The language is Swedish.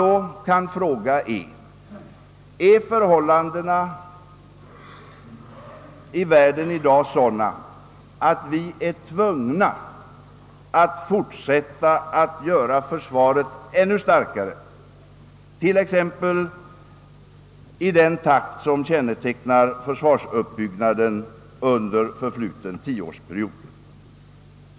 Man kan då fråga: Är de nuvarande förhållandena i världen sådana, att vi är tvungna att fortsätta en utbyggnad av försvaret, t.ex. i den takt som kännetecknar försvarsuppbyggnaden under den senast förflutna tioårsperioden?